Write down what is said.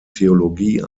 theologie